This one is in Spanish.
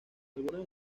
algunas